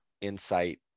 insight